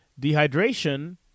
dehydration